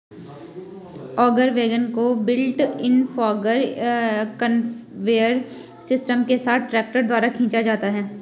auger wagon को built in auger conveyor system के साथ ट्रैक्टर द्वारा खींचा जाता है